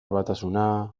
batasuna